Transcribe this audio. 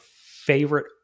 favorite